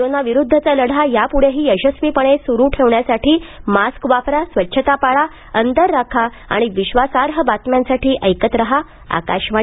कोरोनाविरुद्धचा लढा यापुढेही यशस्वीपणे सुरू ठेवण्यासाठी मास्क वापरा स्वच्छता पाळा अंतर राखा आणि विश्वासार्ह बातम्यांसाठी ऐकत राहा आकाशवाणी